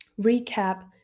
recap